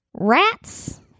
rats